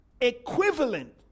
equivalent